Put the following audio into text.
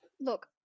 Look